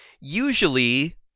usually